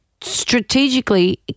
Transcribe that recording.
strategically